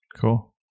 Cool